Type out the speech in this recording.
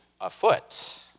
afoot